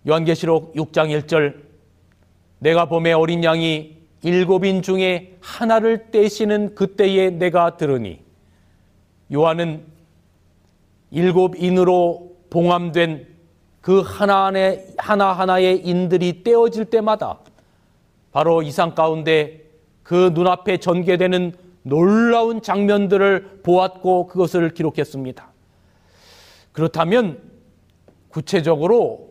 요한계시록 육 장 일 절, "내가 봄에 어린 양이 일곱 인 중에 하나를 떼시는 그때에 내가 들으니." 요한은 일곱 인으로 봉함된 그 하나하나- 하나하나의 인들이 떼어질 때마다 바로 이 상 가운데 그 눈앞에 전개되는 놀라운 장면들을 보았고 그것을 기록했습니다. 그렇다면 구체적으로